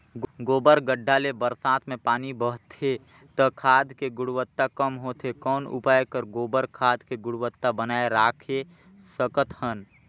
गोबर गढ्ढा ले बरसात मे पानी बहथे त खाद के गुणवत्ता कम होथे कौन उपाय कर गोबर खाद के गुणवत्ता बनाय राखे सकत हन?